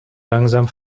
langsam